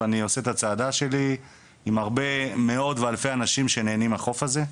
ואני עושה את הצעדה שלי עם הרבה מאוד ואלפי אנשים שנהנים מהחוף הזה.